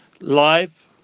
Live